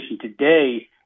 today